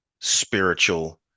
spiritual